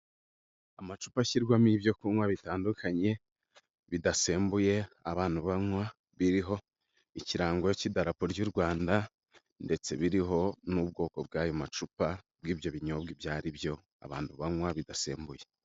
Amacupa ashyirwamo ibyo kunywa bitandukanye, bidasembuye abantu banywa, biriho ikirango cy'idarapo ry'u Rwanda ndetse biriho n'ubwoko bw'ayo macupa bw'ibyo binyobwa ibyo ari byo, abantu banywa bidasembuye.